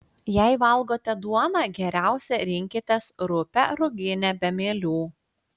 jei valgote duoną geriausia rinkitės rupią ruginę be mielių